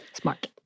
Smart